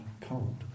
cold